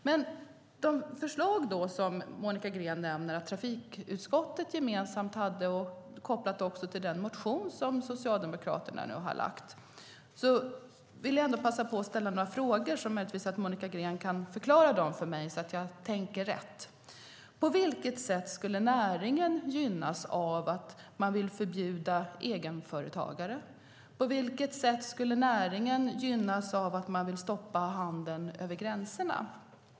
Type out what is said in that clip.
Monica Green nämner de förslag som Trafikutskottet hade och den motion som Socialdemokraterna har lagt fram. Jag vill passa på att ställa några frågor som Monica Green kanske kan besvara så att jag tänker rätt. På vilket sätt gynnas näringen av att man vill förbjuda egenföretagare? På vilket sätt gynnas näringen av att man vill stoppa handeln över gränserna?